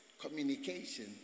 communication